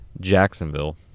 Jacksonville